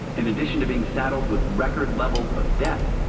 in addition to being saddled with record levels of debt,